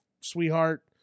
sweetheart